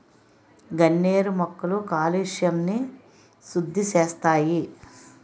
గన్నేరు మొక్కలు కాలుష్యంని సుద్దిసేస్తాయి